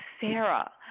Sarah